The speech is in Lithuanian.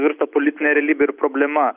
virto politine realybe ir problema